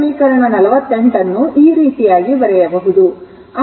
ಆದ್ದರಿಂದ ಈ ಸಮೀಕರಣ 48 ಅನ್ನು ಈ ರೀತಿ ಬರೆಯಬಹುದು